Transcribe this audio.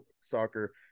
soccer